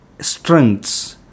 strengths